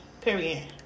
period